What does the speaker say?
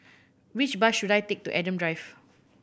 which bus should I take to Adam Drive